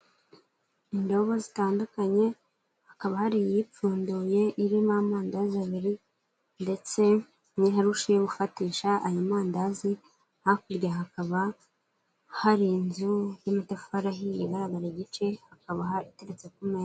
Indobo zitandukanye, hakaba hari iyipfunduye irimo amandazi abiri ndetse n'irushe yo gufatisha aya mandazi hakurya hakaba hari inzu y'amatafari ahiye ikaba iteretse ku meza.